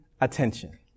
attention